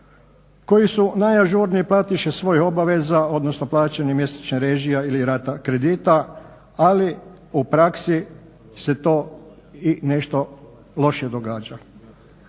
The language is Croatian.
koji su najažurniji platiše svojih obaveza, odnosno plaćanja mjesečnih režija ili rata kredita, ali u praksi se to i nešto loše događa.